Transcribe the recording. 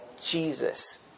Jesus